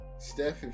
Steph